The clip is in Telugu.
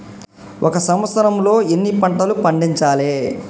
ఒక సంవత్సరంలో ఎన్ని పంటలు పండించాలే?